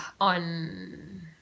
on